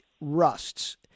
rusts